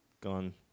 gone